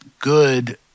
good